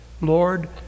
Lord